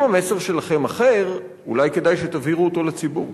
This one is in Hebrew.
אם המסר שלכם אחר, אולי כדאי שתבהירו אותו לציבור.